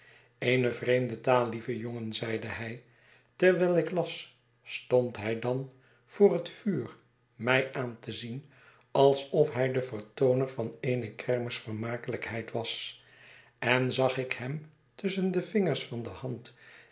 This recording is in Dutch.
eene vreemde taal lieve jongen zeide hij terwijl ik las stond hij dan voor het vuur mij aan te zien alsof hij de vertooner van eene kermis vermakelijkheid was en zag ik hem tusschen de vingers van de hand